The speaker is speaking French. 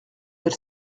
elle